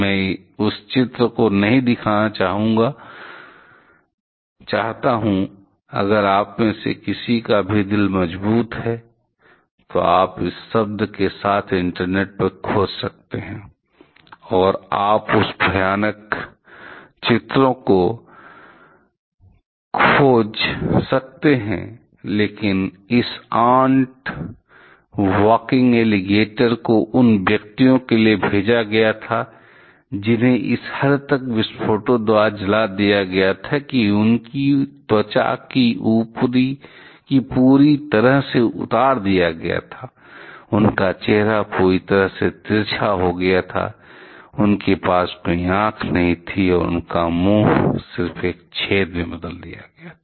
मैं उस चित्र को नहीं दिखाना चाहता हूं अगर आप में से किसी का भी दिल मजबूत है तो आप इस शब्द के साथ इंटरनेट पर खोज सकते हैं और आप उन भयावह चित्रों को खोज सकते हैं लेकिन इस आंट वाकिंग एलिगेटर को उन व्यक्तियों के लिए भेजा गया था जिन्हें इस हद तक विस्फोटों द्वारा जला दिया गया था की उनकी त्वचा को पूरी तरह से उतार दिया गया था उनका चेहरा पूरी तरह से तिरछा हो गया था उनके पास कोई आंख नहीं थी और उनका मुंह सिर्फ एक छेद में बदल गया था